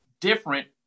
different